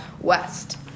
West